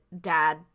dad